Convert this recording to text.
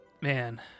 man